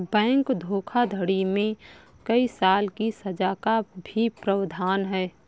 bank धोखाधड़ी में कई साल की सज़ा का भी प्रावधान है